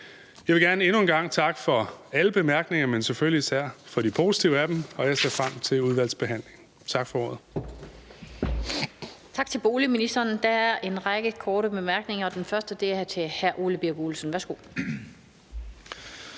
Jeg vil gerne endnu en gang takke for alle bemærkningerne, men selvfølgelig især for de positive af dem, og jeg ser frem til udvalgsbehandlingen. Tak for ordet.